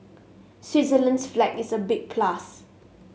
Switzerland's flag is a big plus